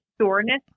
soreness